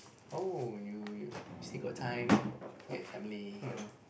oh you you still got time for your family you know